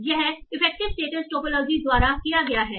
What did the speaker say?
तो यह effective states topology द्वारा है